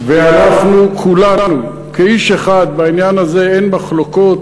ואנחנו כולנו כאיש אחד, בעניין הזה אין מחלוקות,